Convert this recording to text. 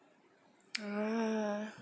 ah